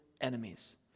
enemies